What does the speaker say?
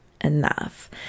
enough